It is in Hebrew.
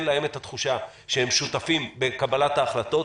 להם את התחושה שהם שותפים בקבלת ההחלטות,